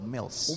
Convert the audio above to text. Mills